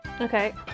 Okay